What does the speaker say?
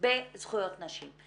בזכויות נשים.